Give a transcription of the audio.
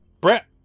Brett